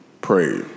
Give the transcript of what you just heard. pray